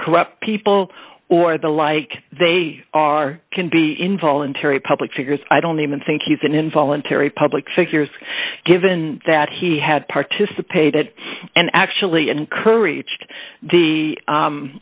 corrupt people or the like they are can be involuntary public figures i don't even think he's an involuntary public figures given that he had participated and actually encouraged the